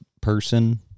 person